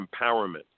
empowerment